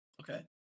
okay